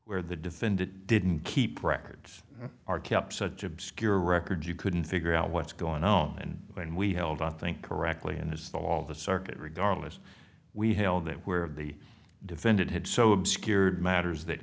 where the defendant didn't keep records are kept such obscure records you couldn't figure out what's going on when we held i think correctly and as though all the circuit regardless we held it where the defendant had so obscured matters that